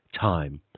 time